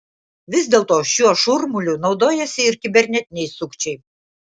vis dėlto šiuo šurmuliu naudojasi ir kibernetiniai sukčiai